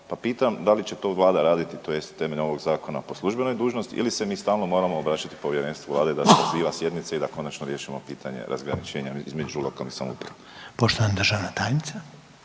pa pitam da li će to Vlada raditi, tj. temeljem ovog Zakona po službenoj dužnosti ili se mi stalno moramo obraćati Povjerenstvu Vlade da saziva sjednice i da konačno riješimo pitanje razgraničenja između lokalnih samouprava? **Reiner,